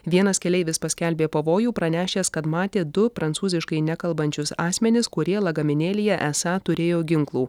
vienas keleivis paskelbė pavojų pranešęs kad matė du prancūziškai nekalbančius asmenis kurie lagaminėlyje esą turėjo ginklų